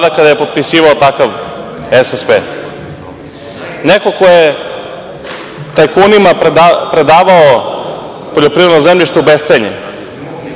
kada je potpisivao takav SSP. Neko ko je tajkunima predavao poljoprivredno zemljište u bescenje,